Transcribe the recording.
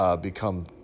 become